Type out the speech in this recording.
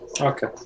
okay